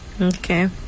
Okay